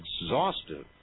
exhaustive